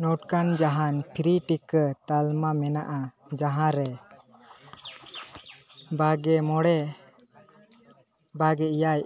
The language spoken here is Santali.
ᱱᱚᱝᱠᱟᱱ ᱡᱟᱦᱟᱱ ᱯᱷᱨᱤ ᱴᱤᱠᱟᱹ ᱛᱟᱞᱢᱟ ᱢᱮᱱᱟᱜᱼᱟ ᱡᱟᱦᱟᱨᱮ ᱵᱟᱜᱮ ᱢᱚᱬᱮ ᱵᱟᱜᱮ ᱮᱭᱟᱭ